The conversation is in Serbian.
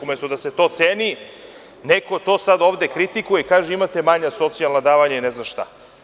Umesto da se to ceni, neko to sada kritikuje i kaže – imate manja socijalna davanja i ne znam šta.